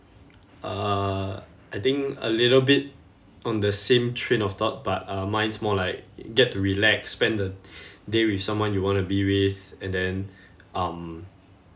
uh I think a little bit on the same train of thought but uh mine is more like get to relax spend the day with someone you want to be with and then um